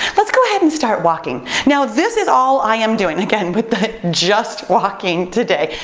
let's go ahead and start walking. now, this is all i am doing. again, with the just walking today.